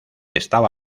estaba